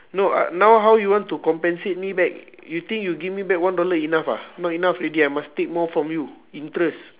no uh now how you want to compensate me back you think you give me back one dollar enough ah not enough already I must take more from you interest